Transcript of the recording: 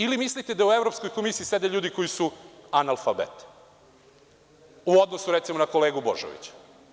Ili mislite da u Evropskoj komisiji sede ljudi koji su analfabet u odnosu recimo kolegu Božovića.